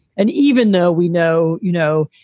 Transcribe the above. and even though we know, you know,